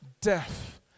death